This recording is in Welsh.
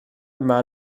yma